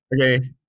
Okay